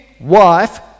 wife